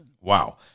Wow